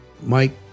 Mike